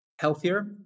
healthier